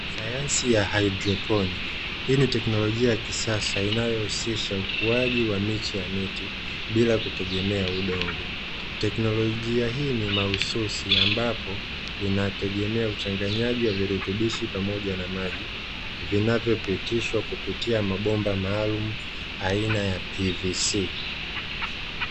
Sayansi ya haidroponi. Hii ni teknolojia ya kisasa inayohusisha ukuaji wa miche ya miti bila kutegemea udongo. Teknolojia hii ni mahususi ambapo inategemea uchanganyaji wa virutubisho pamoja na maji vinavyopitiswa kupitia mabomba maalumu aina ya PVC.